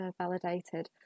validated